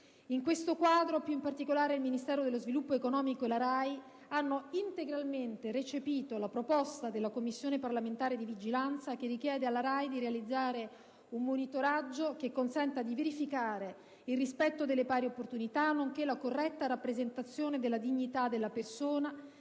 In tale quadro, più in particolare, il Ministero dello Sviluppo economico e la RAI hanno integralmente recepito la proposta della Commissione parlamentare di vigilanza che richiede alla RAI di realizzare un «monitoraggio...che consenta di verificare il rispetto delle pari opportunità, nonché la corretta rappresentazione della dignità della persona